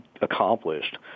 accomplished